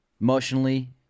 emotionally